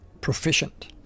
proficient